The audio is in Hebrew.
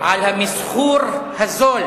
על המסחור הזול